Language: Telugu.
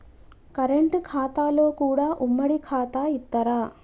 కరెంట్ ఖాతాలో కూడా ఉమ్మడి ఖాతా ఇత్తరా?